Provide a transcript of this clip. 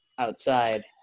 outside